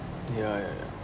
ya ya ya